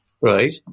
right